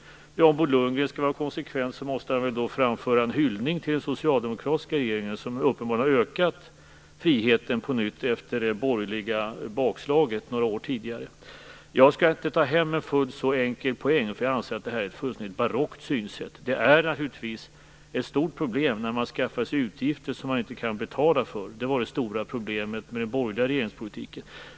Om Bo Lundgren skall vara konsekvent måste han väl då framföra en hyllning till den socialdemokratiska regeringen, som uppenbarligen har ökat friheten på nytt efter det borgerliga bakslaget några år tidigare. Jag skall inte ta hem en fullt så enkel poäng, för jag anser att det här är ett fullständigt barockt synsätt. Det är naturligtvis ett stort problem när man skaffar sig utgifter som man inte kan betala. Det var det stora problemet med den borgerliga regeringspolitiken.